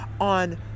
on